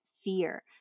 fear